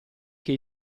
che